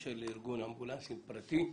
התקשר לארגון אמבולנסים פרטי.